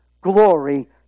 Glory